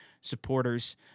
supporters